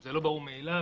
זה לא ברור מאליו.